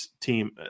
team